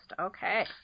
okay